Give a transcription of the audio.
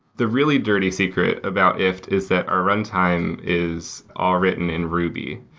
the really dirty secret about ifttt is that our run time is all written in ruby.